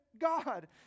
God